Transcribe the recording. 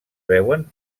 veuen